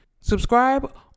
subscribe